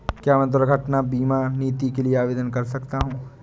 क्या मैं दुर्घटना बीमा नीति के लिए आवेदन कर सकता हूँ?